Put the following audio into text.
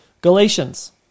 Galatians